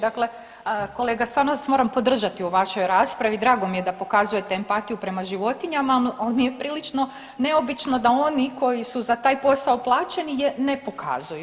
Dakle, kolega stvarno vas moramo podržati u vašoj raspravi drago mi je da pokazujete empatiju prema životinjama, ali mi je prilično neobično da oni koji su za taj posao plaćeni je ne pokazuju.